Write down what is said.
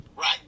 Right